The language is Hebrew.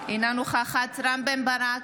אינה נוכחת רם בן ברק,